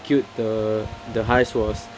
execute the the heist was